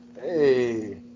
Hey